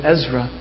Ezra